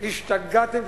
השתגעתם,